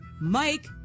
Mike